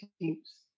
teams